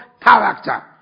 character